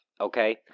okay